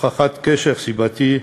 הוכחת קשר סיבתי,